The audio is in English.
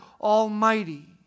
Almighty